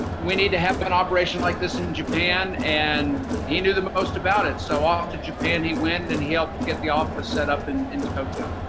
we need to have an operation like this in japan and he knew the most about it so off to japan he went and he helped to get the office set up and in tokyo.